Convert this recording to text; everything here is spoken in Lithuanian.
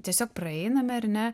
tiesiog praeiname ar ne